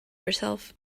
herself